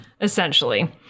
Essentially